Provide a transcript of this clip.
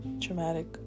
traumatic